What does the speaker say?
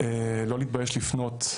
לא להתבייש לפנות,